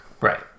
right